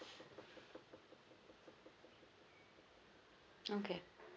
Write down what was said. okay